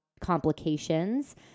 complications